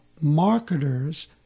marketers